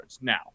Now